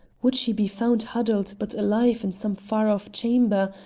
would she be found huddled but alive in some far-off chamber?